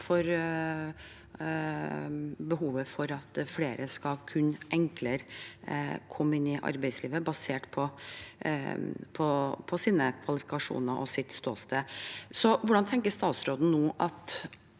behovet for at flere skal kunne komme inn i arbeidslivet enklere, basert på sine kvalifikasjoner og sitt ståsted. Hvordan tenker statsråden nå at